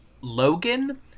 Logan